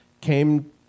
came